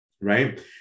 Right